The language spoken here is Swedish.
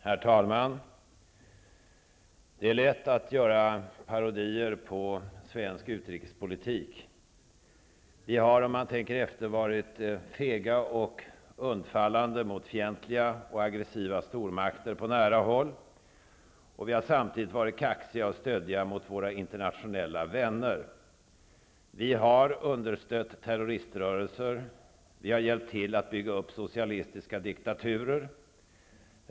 Herr talman! Det är lätt att göra parodier på svensk utrikespolitik. Om man tänker efter ser man att vi har varit fega och undfallande mot fientliga och aggressiva stormakter på nära håll och samtidigt varit kaxiga och stöddiga mot våra internationella vänner. Vi har understött terroriströrelser, och vi har hjälpt till att bygga upp socialistiska diktaturer.